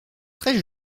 très